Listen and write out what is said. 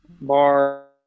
bar